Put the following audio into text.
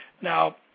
Now